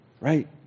right